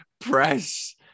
press